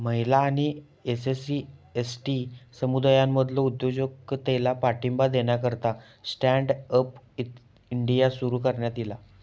महिला आणि SC, ST समुदायांमधलो उद्योजकतेला पाठिंबा देण्याकरता स्टँड अप इंडिया सुरू करण्यात ईला